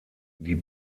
die